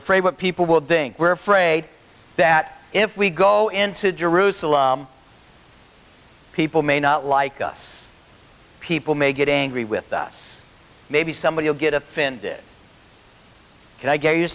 afraid what people will think we're afraid that if we go into jerusalem people may not like us people may get angry with us maybe somebody will get offended and i